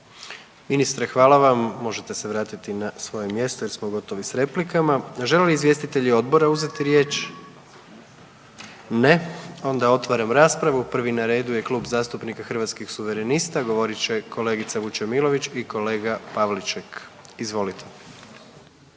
Ministre hvala vam. Možete se vratiti na svoje mjesto jer smo gotovi sa replikama. Žele li izvjestitelji odbora uzeti riječ? Ne. Onda otvaram raspravu. Prvi na redu je Klub zastupnika Hrvatskih suverenista. Govorit će kolegica Vučemilović i kolega Pavliček. Izvolite.